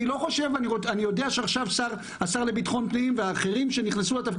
אני לא חושב אני יודע שעכשיו השר לביטחון פנים ואחרים שנכנסו לתפקיד